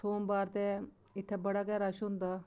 सोमवार ते इत्थै बड़ा गै रश होंदा